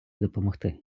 допомогти